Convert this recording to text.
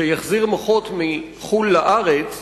שיחזיר מוחות מחוץ-לארץ לארץ,